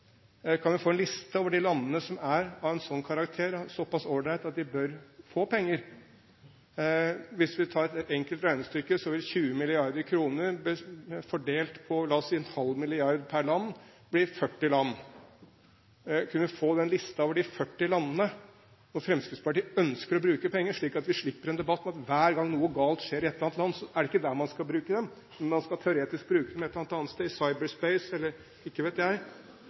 Kan vi få en liste over de landene som er av en slik karakter og er såpass all right at de bør få penger? Hvis vi tar et enkelt regnestykke, vil 20 mrd. kr fordelt på, la oss si, 0,5 mrd. kr per land, bli 40 land. Kunne vi få den listen over de 40 landene hvor Fremskrittspartiet ønsker å bruke penger, slik at vi slipper en debatt om at hver gang noe galt skjer i et eller annet land, er det ikke der man skal bruke dem, men man skal teoretisk bruke dem et eller annet sted – i Cyberspace, eller? Ikke vet jeg.